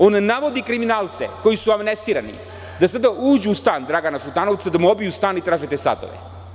On navodi kriminalce, koji su amnestirani, da sada uđu u stan Dragana Šutanovca, da mu obiju stan i traže te satove.